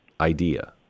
idea